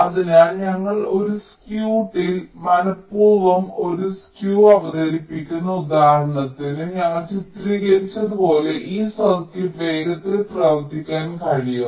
അതിനാൽ ഞങ്ങൾ ഒരു സർക്യൂട്ടിൽ മനപ്പൂർവ്വം ഒരു സ്ക്യൂ അവതരിപ്പിക്കുന്നു ഉദാഹരണത്തിന് ഞങ്ങൾ ചിത്രീകരിച്ചതുപോലെ ഈ സർക്യൂട്ട് വേഗത്തിൽ പ്രവർത്തിക്കാൻ കഴിയും